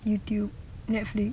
youtube netflix